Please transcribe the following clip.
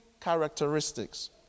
characteristics